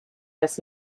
this